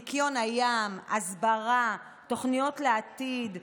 ניקיון הים, הסברה, תוכניות לעתיד ועוד.